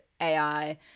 AI